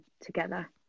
together